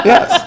Yes